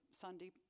Sunday